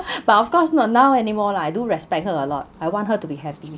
but of course not now anymore lah I do respect her a lot I want her to be happy